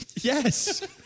Yes